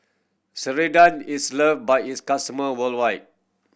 ceradan is love by its customer worldwide